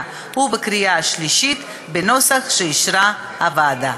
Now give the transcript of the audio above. ובקריאה שלישית בנוסח שאישרה הוועדה.